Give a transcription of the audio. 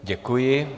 Děkuji.